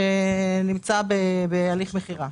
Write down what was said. שנמצא בהליך מכירה.